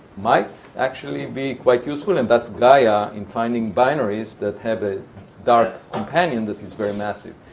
might actually be quite useful, and that's gaia in finding binaries that have a dark companion that is very massive.